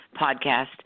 podcast